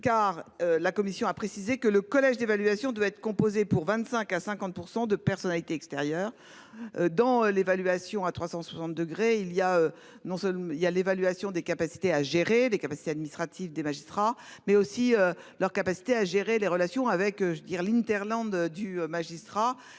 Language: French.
car la commission a précisé que le collège d'évaluation doit être composé pour 25 à 50% de personnalités extérieures. Dans l'évaluation à 300. 30 degrés il y a non seulement il y a l'évaluation des capacités à gérer des capacités administratives des magistrats mais aussi leur capacité à gérer les relations avec je dire l'hinterland du magistrat